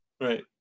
right